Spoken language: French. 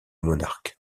monarque